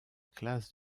classe